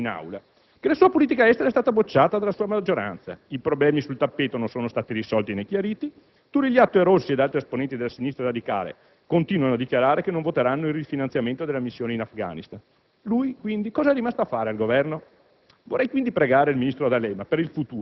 Vorrei dire al ministro D'Alema, che oggi non vedo in Aula, che la sua politica estera è stata bocciata dalla sua maggioranza, i problemi sul tappeto non sono stati risolti, né chiariti, Turigliatto, Rossi ed altri esponenti della sinistra radicale continuano a dichiarare che non voteranno il rifinanziamento della missione in Afghanistan. Lui, quindi, cosa è rimasto a fare al Governo?